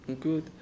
good